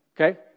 Okay